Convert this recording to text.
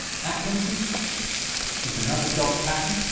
atkinson it's another dot pattern